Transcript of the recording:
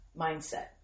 Mindset